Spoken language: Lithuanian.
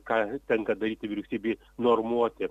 ką tenka daryti vyriausybei normuoti